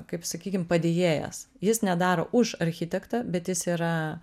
kaip sakykim padėjėjas jis nedaro už architektą bet jis yra